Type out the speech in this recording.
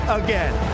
again